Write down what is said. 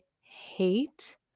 hate